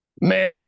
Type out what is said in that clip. Man